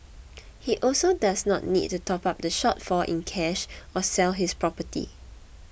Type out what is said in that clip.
he also does not need to top up the shortfall in cash or sell his property